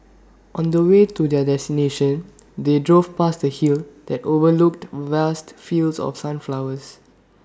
on the way to their destination they drove past A hill that overlooked vast fields of sunflowers